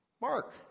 Mark